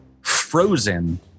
frozen